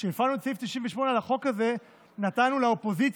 כשהפעלנו את סעיף 98 על החוק הזה נתנו לאופוזיציה